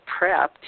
prepped